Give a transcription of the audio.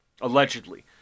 Allegedly